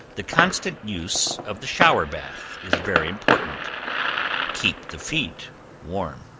the constant use of the shower bath is very important. keep the feet warm.